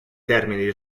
termini